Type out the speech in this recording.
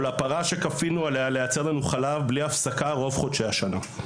או לפרה שכפינו עליה לייצר לנו חלב בלי הפסקה רוב חודשי השנה.